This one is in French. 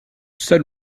seul